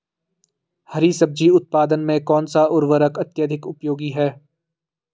हरी सब्जी उत्पादन में कौन सा उर्वरक अत्यधिक उपयोगी है?